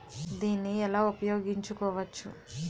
దీన్ని ఎలా ఉపయోగించు కోవచ్చు?